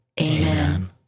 Amen